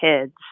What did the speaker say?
kids